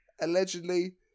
allegedly